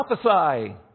prophesy